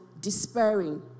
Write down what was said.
despairing